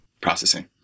processing